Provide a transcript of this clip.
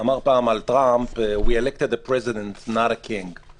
אמר פעם על טראמפ: We elected a president not a king.